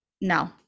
no